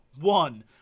one